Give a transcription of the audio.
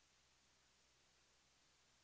Den tilltron tycker jag att vi skall ha.